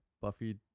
Buffy